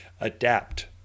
adapt